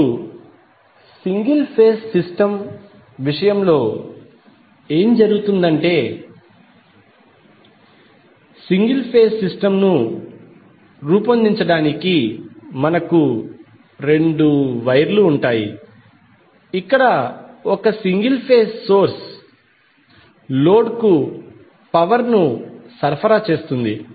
ఇప్పుడు single phase system విషయంలో ఏమి జరుగుతుందంటే సింగిల్ ఫేజ్ సిస్టమ్ను రూపొందించడానికి మనకు రెండు వైర్లు ఉంటాయి ఇక్కడ ఒక సింగిల్ ఫేజ్ సోర్స్ లోడ్ కు పవర్ ని సరఫరా చేస్తుంది